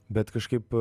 bet kažkaip